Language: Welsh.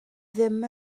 ddim